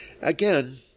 Again